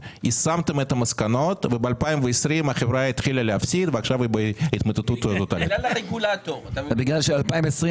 אז בסוף אנחנו צריכים לראות אלו דברים רווחיים רוצים